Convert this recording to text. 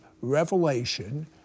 revelation